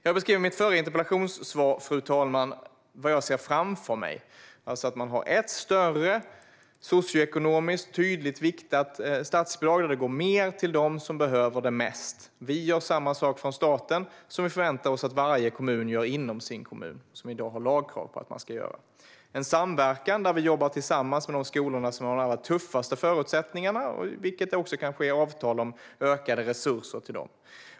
Jag beskrev i mitt förra interpellationssvar vad jag ser framför mig: att man har ett större statsbidrag som är tydligt socioekonomiskt viktat, så att det går mer till dem som behöver mest. Vi gör samma sak från staten som vi förväntar oss att varje kommun gör inom sin kommun och som man i dag har lagkrav på att man ska göra. Det är en samverkan där vi jobbar tillsammans med de skolor som har de allra tuffaste förutsättningarna. Det kan också ingås avtal om ökade resurser till dem.